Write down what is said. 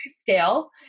scale